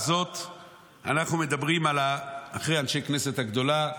אנחנו מדברים על אחרי אנשי הכנסת הגדולה,